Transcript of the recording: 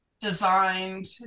designed